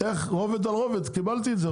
איך ,רובד על רובד קיבלתי את זה,